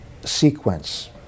sequence